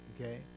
Okay